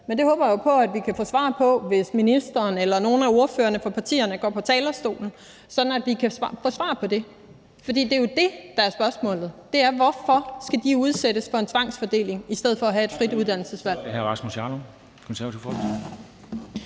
Men det håber jeg jo på at vi kan få svar på, hvis ministeren eller nogle af ordførerne for partierne går på talerstolen, for det er jo det, der er spørgsmålet: Hvorfor skal de udsættes for en tvangsfordeling i stedet for have et frit uddannelsesvalg?